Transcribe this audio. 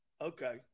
Okay